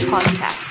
Podcast